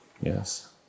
yes